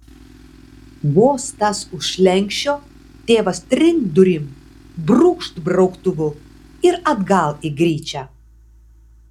vos tas už slenksčio tėvas trinkt durim brūkšt brauktuvu ir atgal į gryčią